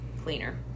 cleaner